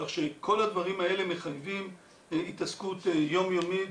כך שכל הדברים האלה מחייבים התעסקות יום-יומית.